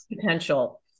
potential